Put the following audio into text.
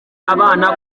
abana